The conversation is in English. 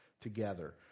together